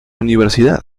universidad